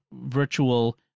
virtual